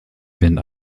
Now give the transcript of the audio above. been